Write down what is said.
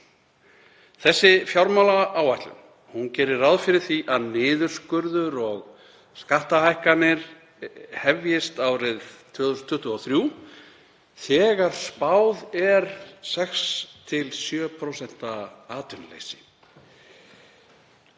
Þessi fjármálaáætlun gerir ráð fyrir því að niðurskurður og skattahækkanir hefjist árið 2023 þegar spáð er 6–7% atvinnuleysi.